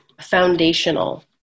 foundational